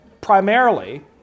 primarily